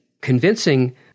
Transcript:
convincing